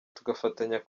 tugafatanya